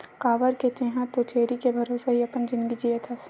काबर के तेंहा तो छेरी के भरोसा ही अपन जिनगी जियत हस